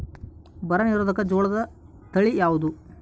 ಬರ ನಿರೋಧಕ ಜೋಳ ತಳಿ ಯಾವುದು?